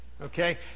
Okay